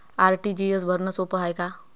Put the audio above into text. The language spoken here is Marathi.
आर.टी.जी.एस भरनं सोप हाय का?